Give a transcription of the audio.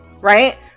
right